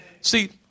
see